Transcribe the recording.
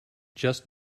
just